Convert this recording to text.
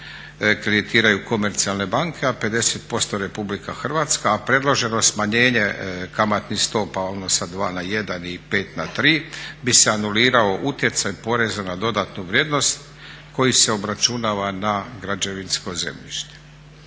kreditiraju komercijalne banke a 50% RH, a predloženo je smanjenje kamatnih stopa sa 2 na 1 i 5 na 3 bi se anulirao utjecaj poreza na dodatnu vrijednost koji se obračunava na građevinsko zemljište.